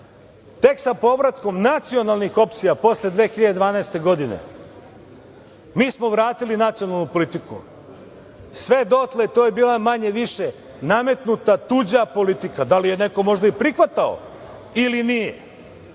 Tek sa povratkom nacionalnih opcija, posle 2012. godine, mi smo vratili nacionalnu politiku. Sve dotle to je bila, manje-više, nametnuta tuđa politika. Da li je neko možda i prihvatao ili nije,